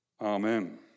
Amen